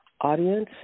audience